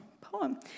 Poem